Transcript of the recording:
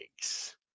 eggs